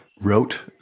wrote